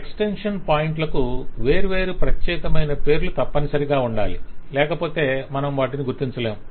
extension పాయింట్లకు వేర్వేరు ప్రత్యేకమైన పేర్లు తప్పనిసరిగా ఉండాలి లేకపోతే మనము వాటిని గుర్తించలేము